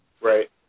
right